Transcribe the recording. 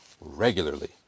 regularly